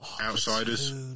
Outsiders